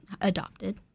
adopted